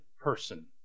person